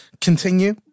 continue